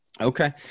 Okay